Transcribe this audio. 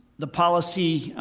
the policy,